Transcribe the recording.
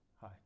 Hi